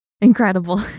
Incredible